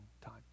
time